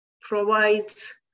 provides